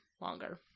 longer